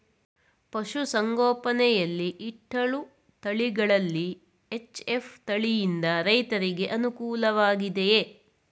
ಪಶು ಸಂಗೋಪನೆ ಯಲ್ಲಿ ಇಟ್ಟಳು ತಳಿಗಳಲ್ಲಿ ಎಚ್.ಎಫ್ ತಳಿ ಯಿಂದ ರೈತರಿಗೆ ಅನುಕೂಲ ವಾಗಿದೆಯೇ?